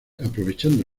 aprovechando